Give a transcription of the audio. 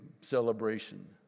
celebration